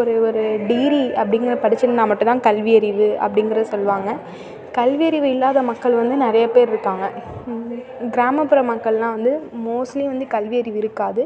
ஒரு ஒரு டிகிரி அப்படிங்கிறத படித்திருந்தா மட்டுந்தான் கல்வி அறிவு அப்படிங்கிறது சொல்வாங்க கல்வி அறிவு இல்லாத மக்கள் வந்து நிறைய பேர் இருக்காங்க கிராமப்புற மக்கள்லாம் வந்து மோஸ்ட்லீ வந்து கல்வி அறிவு இருக்காது